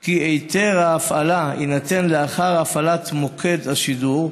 כי היתר ההפעלה יינתן לאחר הפעלת מוקד השידור,